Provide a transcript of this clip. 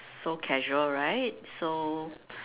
so casual right so